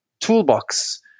toolbox